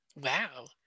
Wow